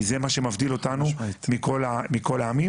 כי זה מה שמבדיל אותנו מכל העמים.